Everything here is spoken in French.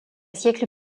siècle